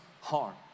harm